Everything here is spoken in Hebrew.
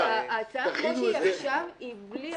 ההצעה כפי שהיא עכשיו היא בלי הסעיף הזה.